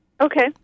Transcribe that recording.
okay